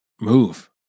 move